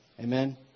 Amen